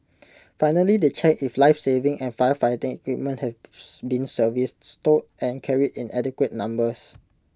finally they check if lifesaving and firefighting equipment has been serviced stowed and carried in adequate numbers